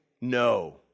No